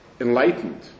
enlightened